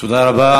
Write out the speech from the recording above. תודה רבה.